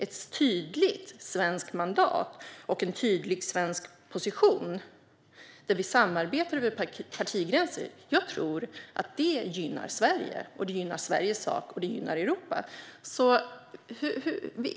Ett tydligt svenskt mandat och en tydlig svensk position där vi samarbetar över partigränser gynnar Sverige, Sveriges sak och Europa.